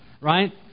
Right